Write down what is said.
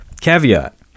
Caveat